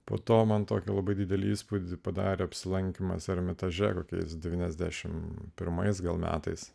po to man tokia labai didelį įspūdį padarė apsilankymas ermitaže kokiais devyniasdešimt pirmais metais